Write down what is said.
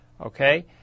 Okay